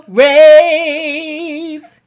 raise